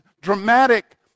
dramatic